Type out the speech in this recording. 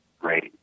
Great